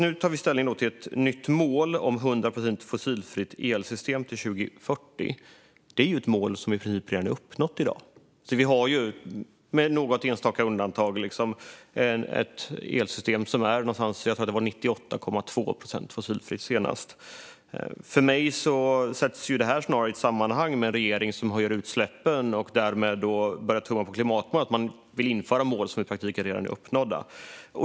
Nu tar vi ställning till ett nytt mål om ett 100 procent fossilfritt elsystem till 2040. Det är ett mål som i princip redan är uppnått i dag. Vi har med något enstaka undantag uppnått det. Jag tror att elsystemet var 98,2 procent fossilfritt senast. För mig sätts detta snarast i ett sammanhang med en regering som höjer utsläppen och därmed börjar tumma på klimatmålet. Man vill införa mål som i praktiken redan är uppnådda.